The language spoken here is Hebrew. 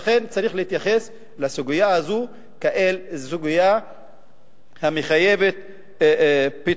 לכן צריך להתייחס לסוגיה הזו כאל סוגיה המחייבת פתרון,